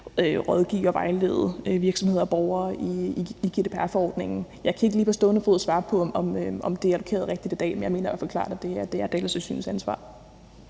rådgive og vejlede virksomheder og borgere om GDPR-forordningen. Jeg kan ikke lige på stående fod svare på, om det er allokeret rigtigt i dag, men jeg mener hvert fald klart, at det er Datatilsynets ansvar.